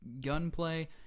gunplay